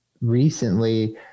recently